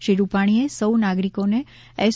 શ્રી રૂપાણીએ સૌ નાગરિકોને એસ